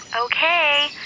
Okay